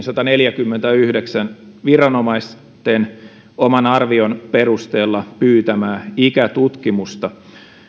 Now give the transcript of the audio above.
sadanneljänkymmenenyhdeksän viranomaisten oman arvion perusteella pyytämää ikätutkimusta